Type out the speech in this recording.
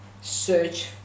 search